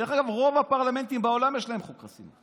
דרך אגב, רוב הפרלמנטים בעולם יש להם חוק חסינות.